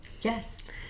yes